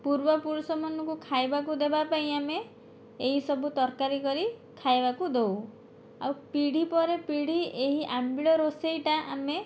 ପୂର୍ବ ପୁରୁଷ ମାନଙ୍କୁ ଖାଇବାକୁ ଦେବା ପାଇଁ ଆମେ ଏଇ ସବୁ ତରକାରୀ କରି ଖାଇବାକୁ ଦଉ ଆଉ ପିଢ଼ି ପରେ ପିଢ଼ି ଏହି ଆମ୍ବିଳ ରୋଷେଇଟା ଆମେ